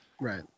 Right